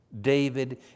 David